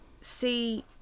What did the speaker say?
see